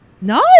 No